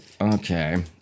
Okay